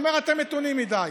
הוא אומר שאתם מתונים מדי.